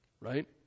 Right